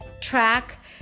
track